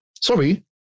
Sorry